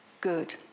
good